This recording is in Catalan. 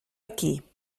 aquí